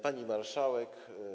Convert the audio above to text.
Pani Marszałek!